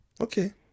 Okay